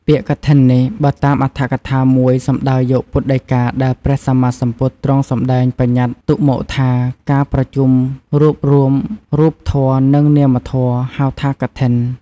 ពាក្យកឋិននេះ បើតាមអត្ថកថាមួយ សំដៅយកពុទ្ធដីកាដែលព្រះសម្មាសម្ពុទទ្រង់សម្តែងបញ្ញតិទុកមកថា ការប្រជុំរួបរួមរូបធម៏និងនាមធម៏ ហៅថា កឋិន។